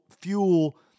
fuel